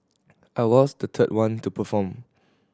I was the third one to perform